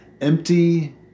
empty